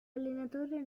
allenatore